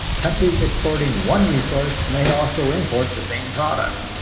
countries exporting one resource may also import the same product.